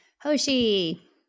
Hoshi